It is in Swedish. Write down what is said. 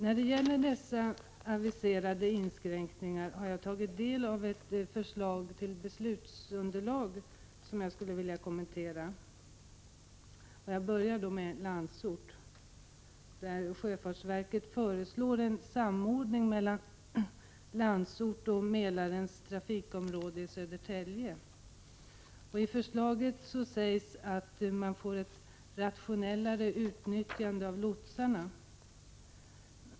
När det gäller dessa aviserade inskränkningar har jag tagit del av ett förslag till beslutsunderlag som jag vill kommentera. Jag börjar med Landsort. Sjöfartsverket föreslår en samordning mellan Landsort och Mälarens trafikområde i Södertälje. I förslaget sägs att man får ett rationellare utnyttjande av lotsarna.